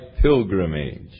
pilgrimage